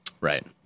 Right